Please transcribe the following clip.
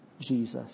Jesus